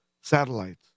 satellites